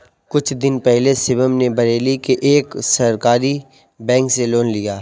कुछ दिन पहले शिवम ने बरेली के एक सहकारी बैंक से लोन लिया